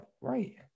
right